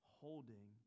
holding